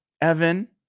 Evan